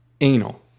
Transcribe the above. anal